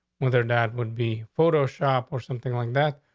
whether dad would be photo shop or something like that.